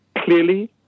clearly